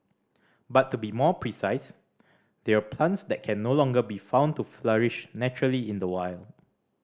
but to be more precise they're plants that can no longer be found to flourish naturally in the wild